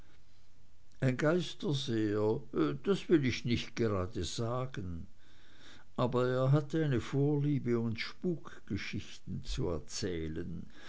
ein geisterseher das will ich nicht gerade sagen aber er hatte eine vorliebe uns spukgeschichten zu erzählen